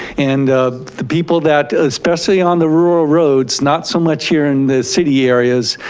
and the people that, especially on the rural roads not so much here in the city areas,